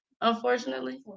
Unfortunately